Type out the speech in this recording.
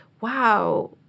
wow